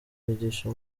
bigisha